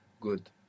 Good